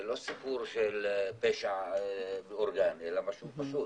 זה לא סיפור של פשע מאורגן אלא משהו פשוט.